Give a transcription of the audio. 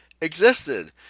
existed